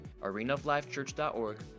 arenaoflifechurch.org